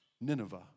Nineveh